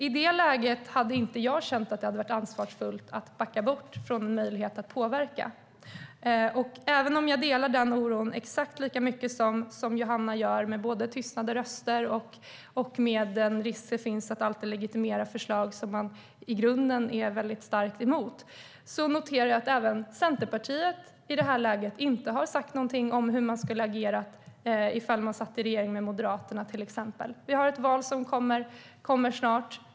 I det läget hade jag inte känt att det varit ansvarsfullt att backa undan från möjligheten att påverka. Även om jag är exakt lika orolig som Johanna över tystnade röster och över den risk som det alltid finns att man legitimerar förslag som man i grunden är starkt emot noterar jag att Centerpartiet i det här läget inte har sagt någonting om hur man skulle ha agerat om man skulle ha suttit i regering med till exempel Moderaterna. Vi har ett val som kommer snart.